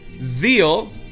zeal